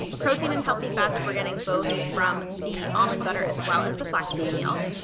protein and healthy fats, we're getting both from the almond butter as well as the flaxseed meal,